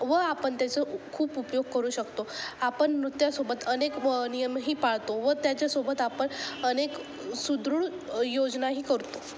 व आपण त्याचं खूप उपयोग करू शकतो आपण नृत्यासोबत अनेक व नियमही पाळतो व त्याच्यासोबत आपण अनेक सुदृढ योजनाही करतो